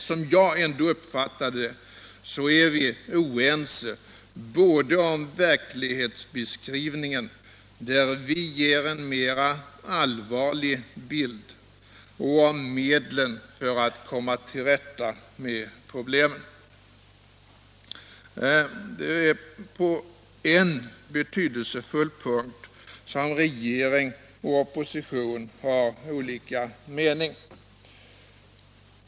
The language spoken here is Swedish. Som jag ändå uppfattar det är vi oense både om verklighetsbeskrivningen, där vi ger en mera allvarlig bild, och om medlen för att komma till rätta med problemen. Det är särskilt på en betydelsefull punkt som regering och opposition har olika mening.